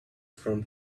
from